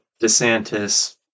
DeSantis